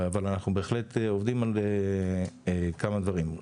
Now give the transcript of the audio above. אבל אנחנו בהחלט עובדים על כמה דברים.